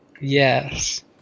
Yes